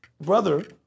brother